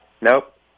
nope